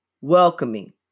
welcoming